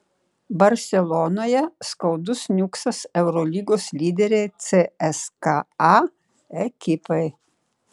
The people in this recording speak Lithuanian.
barselonoje skaudus niuksas eurolygos lyderei cska ekipai